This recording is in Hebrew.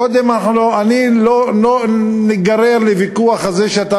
קודם כול שלא ניגרר לוויכוח הזה שאתה